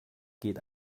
geht